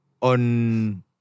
on